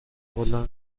بلند